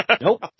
Nope